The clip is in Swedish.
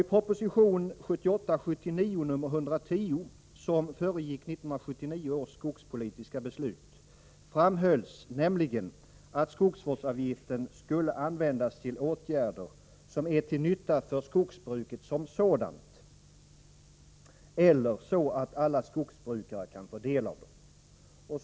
I proposition 1978/79:110, som föregick 1979 års skogspolitiska beslut, framhölls nämligen att skogsvårdsavgiften skulle användas till åtgärder som är till nytta för skogsbruket som sådant, eller så att alla skogsbrukare kan få del av dem.